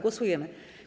Głosujemy.